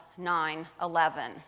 9-11